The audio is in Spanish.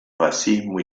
fascismo